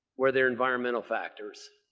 were there environmental factors?